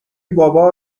بابا